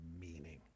meaning